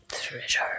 treasure